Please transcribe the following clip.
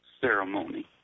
ceremony